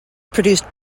produced